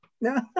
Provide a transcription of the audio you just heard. No